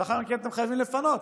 ולאחר מכן אתם חייבים לפנות,